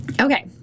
Okay